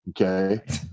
Okay